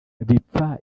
bipfa